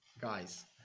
guys